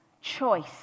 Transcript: choice